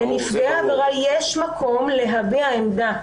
לנפגעי העבירה יש מקום להביע עמדה.